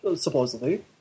supposedly